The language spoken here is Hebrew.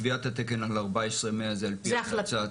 קביעת התקן על 14,100 זה על פי המלצה.